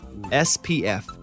SPF